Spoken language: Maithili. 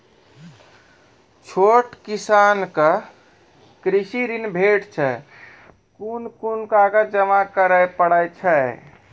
छोट किसानक कृषि ॠण भेटै छै? कून कून कागज जमा करे पड़े छै?